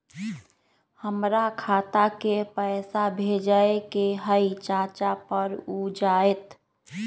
हमरा खाता के पईसा भेजेए के हई चाचा पर ऊ जाएत?